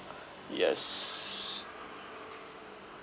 yes